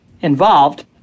involved